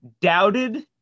doubted